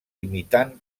imitant